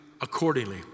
accordingly